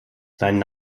seinen